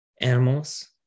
animals